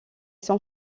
son